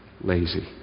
lazy